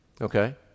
okay